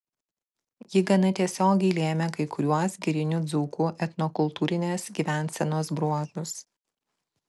ji gana tiesiogiai lėmė kai kuriuos girinių dzūkų etnokultūrinės gyvensenos bruožus